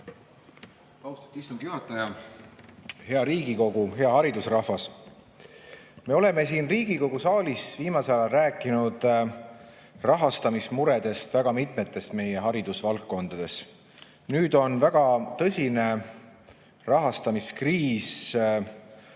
Austatud istungi juhataja! Hea Riigikogu! Hea haridusrahvas! Me oleme siin Riigikogu saalis viimasel ajal rääkinud rahastamismuredest väga mitmetes meie haridusvaldkondades. Nüüd on väga tõsine rahastamiskriis